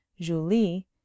julie